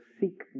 seek